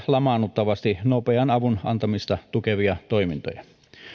lamaannuttavasti nopean avun antamista tukeviin toimintoihin